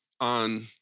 on